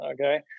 Okay